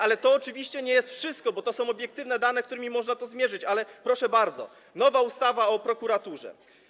Ale to oczywiście nie jest wszystko, bo to są obiektywne dane, którymi można to zmierzyć, ale proszę bardzo, nowa ustawa o prokuraturze.